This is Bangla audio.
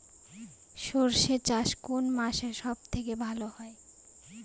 সর্ষে চাষ কোন মাসে সব থেকে ভালো হয়?